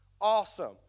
Awesome